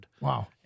Wow